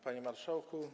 Panie Marszałku!